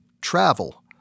travel